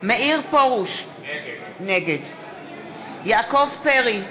מאיר פרוש, נגד יעקב פרי,